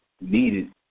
needed